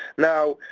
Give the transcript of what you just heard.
now,